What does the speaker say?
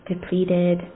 depleted